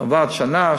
עבד שנה,